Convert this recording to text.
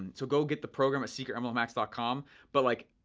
so go get the program at secretmlmhacks dot com but like,